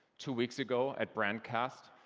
two weeks ago at brandcast,